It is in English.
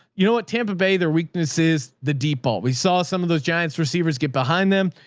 you know what? tampa bay, their weaknesses, the deep ball, we saw some of those giants receivers get behind them.